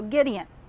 Gideon